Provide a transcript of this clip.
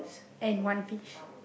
and one fish